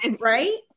right